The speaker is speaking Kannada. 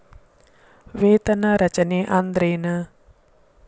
ವೇತನ ರಚನೆ ಅಂದ್ರೆನ?